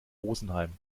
rosenheim